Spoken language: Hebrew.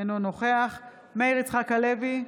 אינו נוכח מאיר יצחק הלוי,